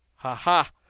ha! ha!